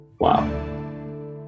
Wow